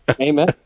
Amen